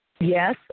Yes